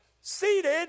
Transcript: seated